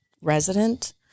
resident